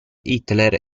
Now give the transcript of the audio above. hitler